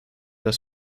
das